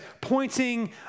pointing